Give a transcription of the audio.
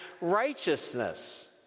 righteousness